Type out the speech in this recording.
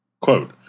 Quote